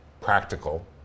practical